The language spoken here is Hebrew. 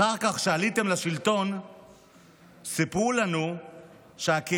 אחר כך כשעליתם לשלטון סיפרו לנו שהקהילה